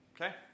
okay